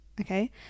okay